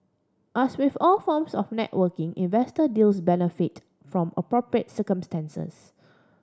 as with all forms of networking investor deals benefit from appropriate circumstances